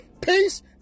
Peace